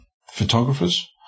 photographers